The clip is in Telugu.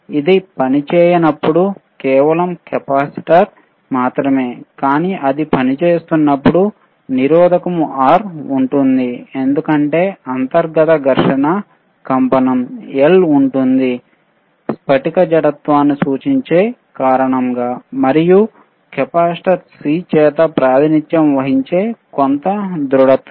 ఇది పనిచేయనప్పుడు కేవలం కెపాసిటర్ మాత్రమే కానీ అది పనిచేస్తున్నప్పుడు నిరోధకము ఉంటుంది ఎందుకంటే అంతర్గత ఘర్షణ కంపనం L ఉంటుంది స్ఫటిక జడత్వాన్ని సూచించే కారణంగా మరియు కెపాసిటర్ C చేత ప్రాతినిధ్యం వహించే కొంత దృఢత్వం